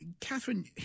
Catherine